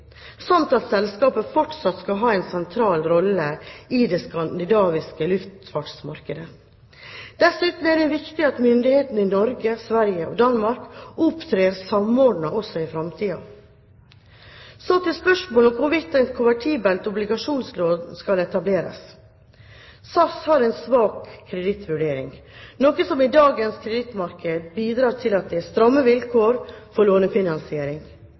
at selskapet fortsatt skal ha en sentral rolle i det skandinaviske luftfartsmarkedet. Dessuten er det viktig at myndighetene i Norge, Sverige og Danmark opptrer samordnet også i framtiden. Så til spørsmålet om hvorvidt et konvertibelt obligasjonslån skal etableres. SAS har en svak kredittvurdering, noe som i dagens kredittmarked bidrar til at det er stramme vilkår for lånefinansiering.